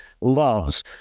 loves